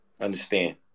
Understand